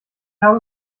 habe